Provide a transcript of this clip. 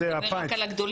אתה מדבר רק על הגדולים.